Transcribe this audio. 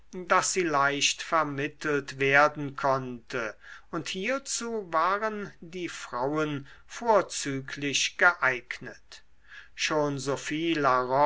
daß sie leicht vermittelt werden konnte und hierzu waren die frauen vorzüglich geeignet schon sophie la